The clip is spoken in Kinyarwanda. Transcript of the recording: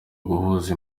guhuza